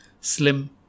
Slim